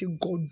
God